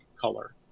color